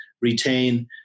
retain